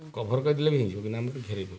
cover କରିଦେଲେ ବି ହେଇଯିବ କିନ୍ତୁ ଆମେ ଘେରେଇଦେଉ